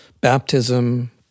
baptism